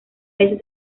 veces